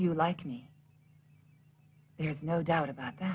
you like me there's no doubt about that